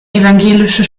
evangelische